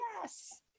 yes